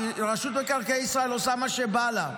כי רשות מקרקעי ישראל עושה מה שבא לה.